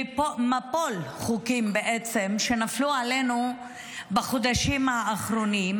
מפל חוקים שנפלו עלינו בחודשים האחרונים,